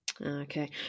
Okay